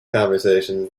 conversations